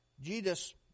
Jesus